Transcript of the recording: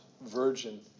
virgin